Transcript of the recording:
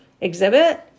exhibit